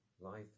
life